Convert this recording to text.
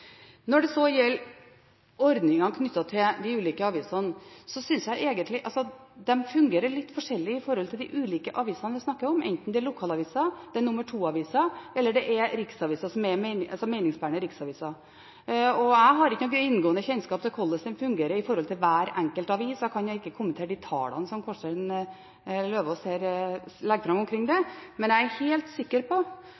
Når det så gjelder ordningene knyttet til de ulike avisene, synes jeg egentlig de fungerer litt forskjellig for de ulike avisene vi snakker om, enten det er lokalaviser, nr. 2-aviser eller meningsbærende riksaviser. Jeg har ikke noen inngående kjennskap til hvordan det fungerer med tanke på hver enkelt avis, og jeg kan ikke kommentere de tallene som Kårstein Eidem Løvaas her legger fram omkring det.